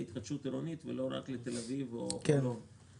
התחדשות עירונית ולא רק לתל אביב או לחולון.